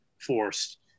forced